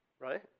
right